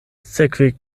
sekve